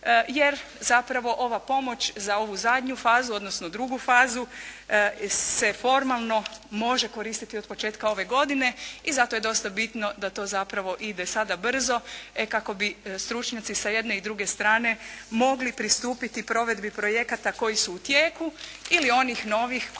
jer zapravo ova pomoć za ovu zadnju fazu, odnosno drugu fazu se formalno može koristiti od početka ove godine i zato je dosta bitno da to zapravo ide sada brzo kako bi stručnjaci sa jedne i sa druge strane mogli pristupiti provedbi projekata koji su u tijeku ili onih novih koje tek